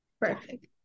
perfect